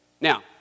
Now